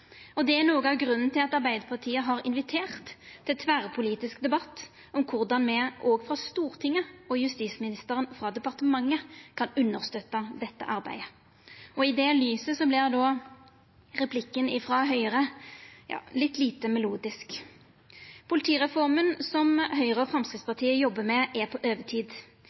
Det er noko av grunnen til at Arbeidarpartiet har invitert til tverrpolitisk debatt om korleis me frå Stortinget og justisministeren frå departementet kan understøtta dette arbeidet. I det lyset vert då replikken frå Høgre litt lite melodisk. Politireforma som Høgre og Framstegspartiet jobbar med, er på overtid,